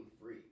free